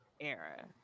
era